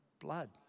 blood